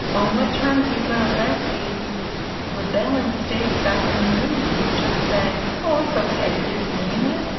on what terms are you going to let these rebelling states back in the union? you just say oh, it's ok, you didn't mean it?